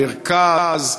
מרכז,